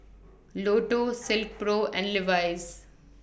Lotto Silkpro and Levi's